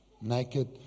naked